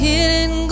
Hidden